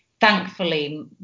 thankfully